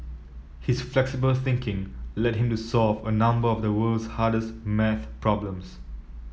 his flexible thinking led him to solve a number of the world's hardest maths problems